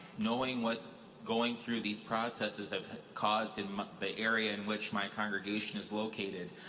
knowing what going through these processes have caused in the area in which my congregation is located,